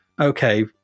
okay